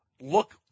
look